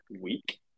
week